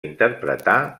interpretar